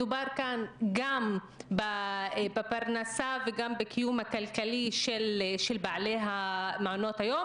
מדובר כאן גם בפרנסה וגם בקיום הכלכלי של בעלי מעונות היום,